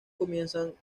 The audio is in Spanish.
comienzan